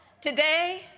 Today